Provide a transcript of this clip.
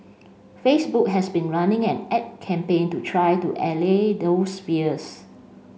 Facebook has been running an ad campaign to try to allay those fears